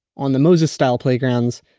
on the moses style playgrounds,